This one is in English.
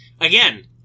Again